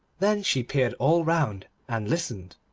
then she peered all round, and listened.